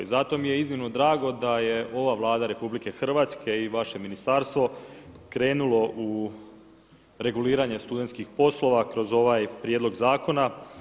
Zato mi je iznimno drago da je ova Vlada RH i vaše ministarstvo krenulo u reguliranje studentskih poslova kroz ovaj prijedlog zakona.